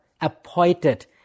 appointed